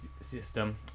system